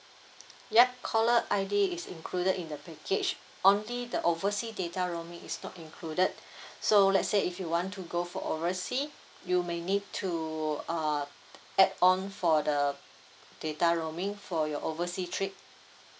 yup caller I_D is included in the package only the oversea data roaming is not included so let's say if you want to go for oversea you may need to uh add on for the data roaming for your oversea trip